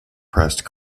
pressed